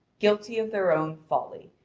guilty of their own folly,